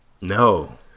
No